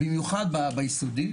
במיוחד ביסודי,